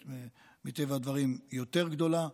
שמטבע הדברים יש בו רפת יותר גדולה,